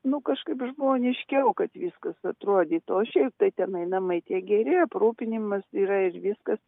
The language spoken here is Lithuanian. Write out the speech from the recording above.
nu kažkaip žmoniškiau kad viskas atrodytų o šiaip tai tenai namai tie geri aprūpinimas yra ir viskas